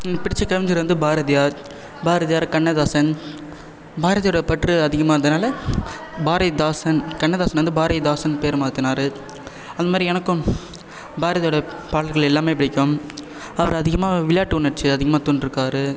எனக்கு பிடித்த கவிஞர் வந்து பாரதியார் பாரதியார் கண்ணதாசன் பாரதியோடய பற்று அதிகமாக இருந்தனால் பாரதிதாசன் கண்ணதாசன் வந்து பாரதிதாசன்னு பேரை மாற்றினாரு அந்தமாதிரி எனக்கும் பாரதியோடய பாடல்கள் எல்லாமே பிடிக்கும் அவர் அதிகமாக விளையாட்டு உணர்ச்சியை அதிகமாக தூண்டியிருக்காரு